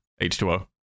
h2o